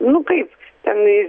nu kaip ten